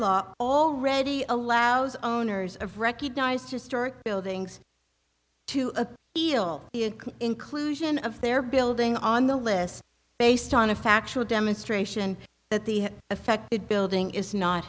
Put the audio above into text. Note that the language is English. law already allows owners of recognized historic buildings to heal the inclusion of their building on the list based on a factual demonstration that the effect it building is not